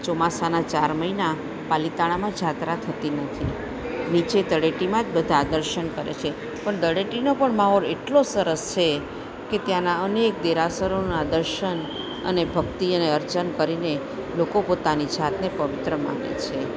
ચોમાસાના ચાર મહિના પાલીતાણામાં જાત્રા થતી નથી નીચે તળેટીમાં જ બધા દર્શન કરે છે પણ તળેટીનો પણ માહોલ એટલો સરસ છે કે ત્યાંનાં અનેક દેરાસરોનાં દર્શન અને ભક્તિ અને અર્ચન કરીને લોકો પોતાની જાતને પવિત્ર માને છે